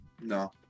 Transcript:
no